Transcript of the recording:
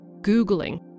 Googling